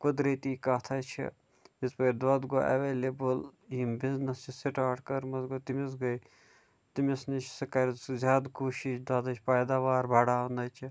قُدرٔتی کَتھ حظ چھِ یِژۍ بٲرۍ دۄدھ گوٚو ایٚولیبٕل یِٔمۍ بِزنیٚس چھِ سٹارٹ کٔرمٕژ گوٚو تٔمِس گٔے تٔمِس نِش سُہ کَرِ سُہ زیادٕ کوٗشِش دۄدھٕچۍ پیداوار بَڑھاونٕچۍ